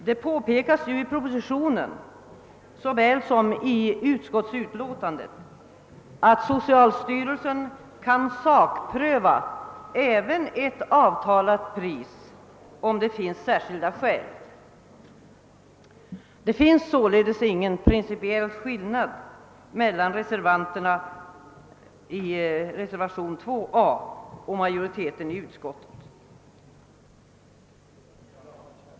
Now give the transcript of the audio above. Det påpekas ju i propositionen såväl som i utskottsutlåtandet, att socialstyrelsen kan sakpröva ett avtalat pris, om det finns särskilda skäl därtill. Det finns sålunda ingen principiell skillnad mellan de reservanter som står för reservationen 2 a och majoriteten i utskottet.